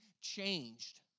changed